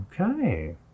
Okay